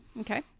Okay